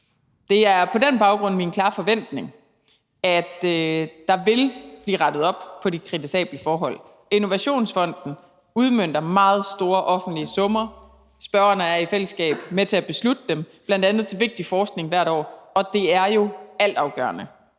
Det er på den baggrund min klare forventning, at der vil blive rettet op på de kritisable forhold. Innovationsfonden udmønter meget store offentlige summer. Spørgeren og jeg er i fællesskab med til at beslutte dem – bl.a. til vigtig forskning hvert år, og det er jo altafgørende,